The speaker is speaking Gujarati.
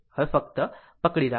હવે ફક્ત પકડી રાખો